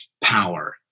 power